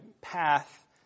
path